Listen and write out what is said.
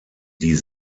die